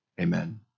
Amen